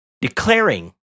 Declaring